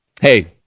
Hey